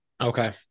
Okay